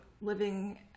living